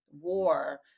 war